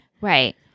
right